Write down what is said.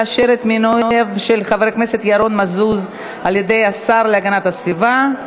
לאשר את מינויו של חבר הכנסת ירון מזוז על-ידי השר להגנת הסביבה,